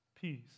peace